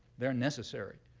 they're necessary.